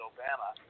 Obama